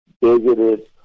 bigoted